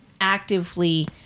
actively